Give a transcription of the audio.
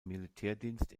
militärdienst